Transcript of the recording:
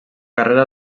carrera